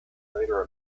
later